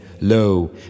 Lo